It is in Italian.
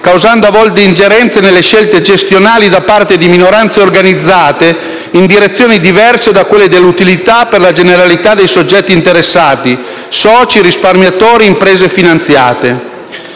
«causando a volte ingerenze nelle scelte gestionali da parte di minoranze organizzate, in direzioni diverse da quelle dell'utilità per la generalità dei soggetti interessati: soci, risparmiatori, imprese finanziate.